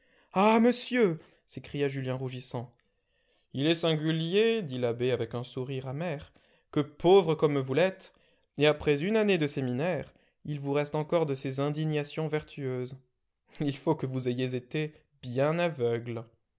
ah monsieur s'écria julien rougissant il est singulier dit l'abbé avec un sourire amer que pauvre comme vous l'êtes et après une année de séminaire il vous reste encore de ces indignations vertueuses il faut que vous ayez été bien aveugle